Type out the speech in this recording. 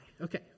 okay